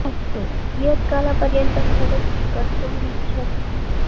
अस्तु कियत् कालपर्यन्तं फ़ोटोसुट् कर्तुम् इच्छति